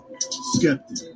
Skeptic